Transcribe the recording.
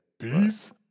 Peace